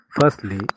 Firstly